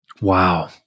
Wow